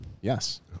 Yes